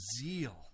zeal